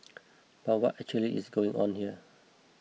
but what actually is going on here